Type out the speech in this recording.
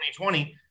2020